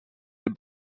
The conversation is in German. den